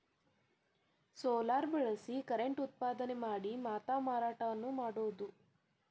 solar ಬಳಸಿ current ಉತ್ಪಾದನೆ ಮಾಡಿ ಮಾತಾ ಮಾರಾಟಾನು ಮಾಡುದು